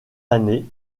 années